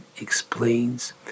explains